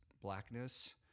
blackness